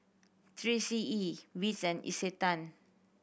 Three C E Beats and Isetan